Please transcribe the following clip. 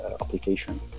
application